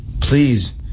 please